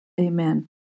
Amen